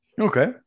Okay